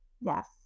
Yes